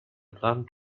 blonde